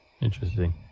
Interesting